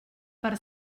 per